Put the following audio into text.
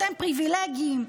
"אתם פריבילגים",